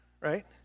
right